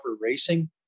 racing